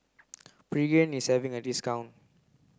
pregain is having a discount